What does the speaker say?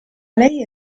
lei